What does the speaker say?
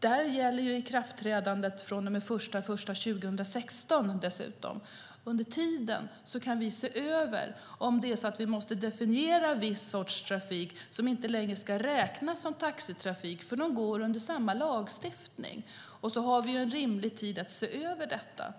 Där gäller dessutom att ikraftträdandet är den 1 januari 2016. Under tiden kan vi se över om vi måste definiera viss sorts trafik som inte längre ska räknas som taxitrafik fast den lyder under samma lagstiftning. Då har vi en rimlig tid att se över detta.